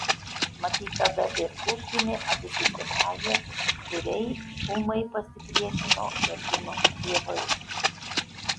matyt tada ir užgimė abipusė meilė kuriai ūmai pasipriešino merginos tėvai